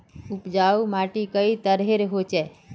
उपजाऊ माटी कई तरहेर होचए?